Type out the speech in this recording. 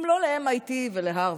גם לא ל-MIT ולהרווארד.